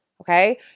okay